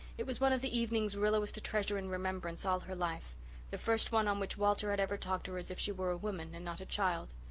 it was one of the evenings rilla was to treasure in remembrance all her life the first one on which walter had ever talked to her as if she were woman and not a child.